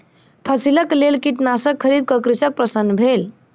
फसिलक लेल कीटनाशक खरीद क कृषक प्रसन्न भेल